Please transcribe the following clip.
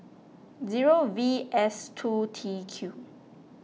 zero V S two T Q